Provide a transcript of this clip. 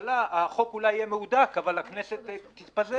החוק אולי יהיה מהודק אבל הכנסת תתפזר.